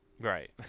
Right